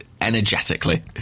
energetically